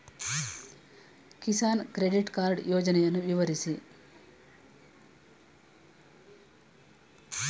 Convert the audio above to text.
Kisan credit card ಯೋಜನೆಯನ್ನು ವಿವರಿಸಿ?